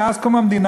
מאז קום המדינה,